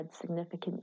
significant